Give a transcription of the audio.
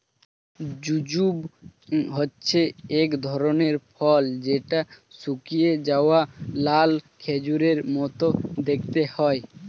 jujube হচ্ছে এক ধরনের ফল যেটা শুকিয়ে যাওয়া লাল খেজুরের মত দেখতে হয়